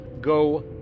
go